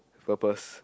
purpose